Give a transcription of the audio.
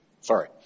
Sorry